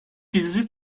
dizi